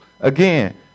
Again